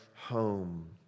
home